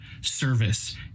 service